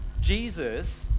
Jesus